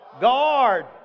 Guard